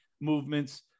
movements